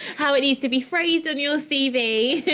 how it needs to be phrased on your cv.